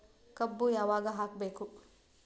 ಕಬ್ಬು ಯಾವಾಗ ಹಾಕಬೇಕು?